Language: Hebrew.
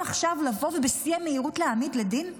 עכשיו לבוא ובשיא המהירות להעמיד לדין,